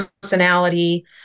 personality